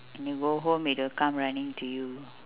when you go home it will come running to you